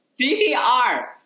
CPR